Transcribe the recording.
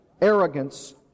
arrogance